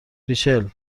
ریچل